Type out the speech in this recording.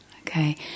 Okay